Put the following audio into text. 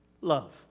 love